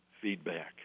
feedback